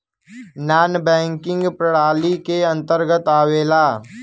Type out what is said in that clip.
नानॅ banking प्रणाली के अंतर्गत आवेला